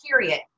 period